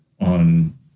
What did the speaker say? on